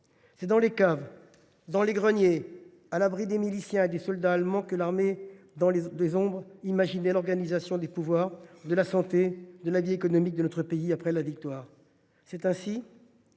C’est dans les caves, dans les greniers, à l’abri des miliciens et des soldats allemands que l’armée des ombres imaginait l’organisation des pouvoirs, de la santé, de la vie économique de notre pays après la victoire. Ainsi,